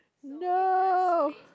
no